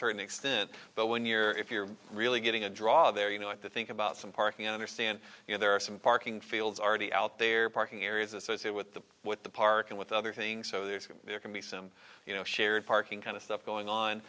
certain extent but when you're if you're really getting a draw there you know what to think about some parking understand you know there are some parking fields already out there parking areas associate with the with the park and with other things so there's there can be some you know shared parking kind of stuff going on